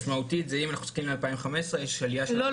משמעותית זה אם אנחנו מסתכלים על 2015 יש עליה של --- לא,